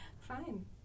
Fine